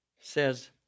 says